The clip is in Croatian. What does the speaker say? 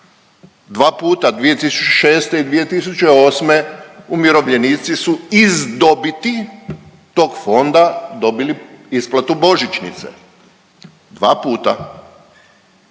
dva puta, 2006. i 2008. umirovljenici su iz dobiti tog fonda dobili isplatu božićnice. Dva puta.